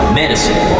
medicine